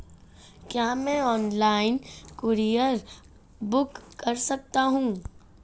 क्या मैं online courier book कर सकता हूँ?